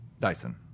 Dyson